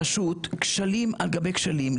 פשוט כשלים על גבי כשלים,